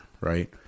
right